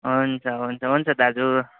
हुन्छ हुन्छ हुन्छ दाजु